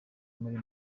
muri